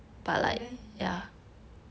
k then yeah